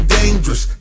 dangerous